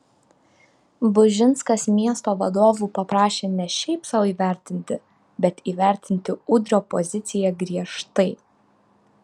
bužinskas miesto vadovų paprašė ne šiaip sau įvertinti bet įvertinti udrio poziciją griežtai